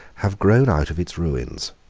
have grown out of its ruins.